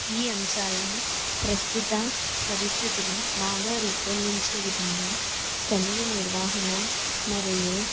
ఈ అంశాలను ప్రస్తుత పరిస్థితులు బాగా రూపొందించే విధంగా సమయ నిర్వాహణ మరియు